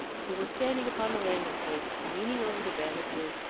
who were standing upon the landing-place, leaning over the banisters,